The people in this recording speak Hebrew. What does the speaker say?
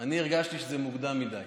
אני הרגשתי שזה מוקדם מדי.